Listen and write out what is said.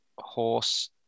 horse